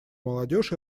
молодежь